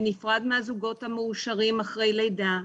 בנפרד מהזוגות המאושרים שנמצאים אחרי לידה,